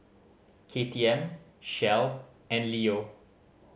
K T M Shell and Leo